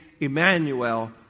Emmanuel